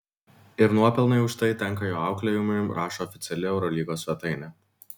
ir nuopelnai už tai tenka jo auklėjimui rašo oficiali eurolygos svetainė